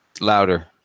louder